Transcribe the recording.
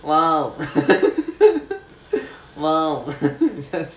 !wow! !wow!